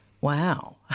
wow